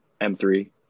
M3